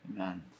Amen